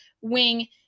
wing